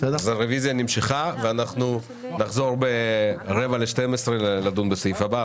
אז הרוויזיה נמשכה ואנחנו נחזור ב-11:45 לדון בסעיף הבא.